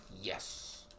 Yes